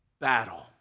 battle